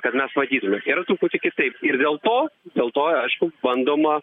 kad mes matytume yra truputį kitaip ir dėl to dėl to aišku bandoma